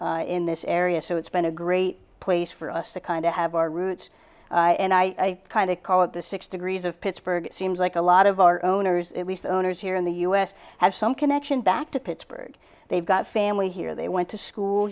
people in this area so it's been a great place for us to kind of have our roots and i kind of call it the six degrees of pittsburgh seems like a lot of our owners at least the owners here in the u s have some connection back to pittsburgh they've got family here they went to school